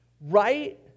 Right